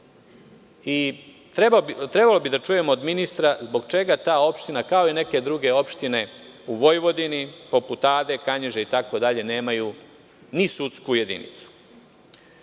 Trebalo bi da čujem od ministra, zbog čega ta opština, kao i neke druge opštine u Vojvodini, poput Ade, Kanjiže, itd, nemaju ni sudsku jedinicu?S